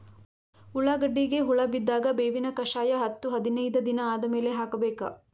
ಉಳ್ಳಾಗಡ್ಡಿಗೆ ಹುಳ ಬಿದ್ದಾಗ ಬೇವಿನ ಕಷಾಯ ಹತ್ತು ಹದಿನೈದ ದಿನ ಆದಮೇಲೆ ಹಾಕಬೇಕ?